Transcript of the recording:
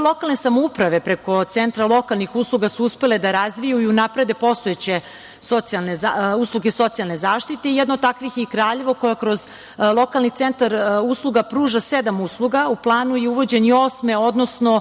lokalne samouprave preko centra lokalnih usluga su uspele da razviju i unaprede postojeće usluge socijalne zaštite. Jedno od takvih je i Kraljevo koje kroz lokalni centar usluga pruža sedam usluga. U planu je uvođenje i osme, odnosno